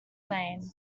lane